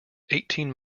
eighteen